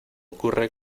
ocurre